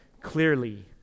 clearly